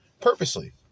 purposely